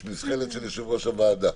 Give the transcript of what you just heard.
יש מזחלת של יושב-ראש הוועדה.